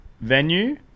venue